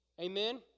amen